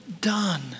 done